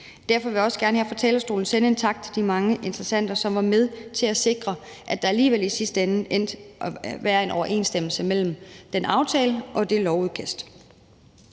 Derfor vil jeg også gerne her fra talerstolen sende en tak til de mange interessenter, som var med til at sikre, at der alligevel i sidste ende var en overensstemmelse mellem den aftale og det lovudkast.